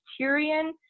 Tyrion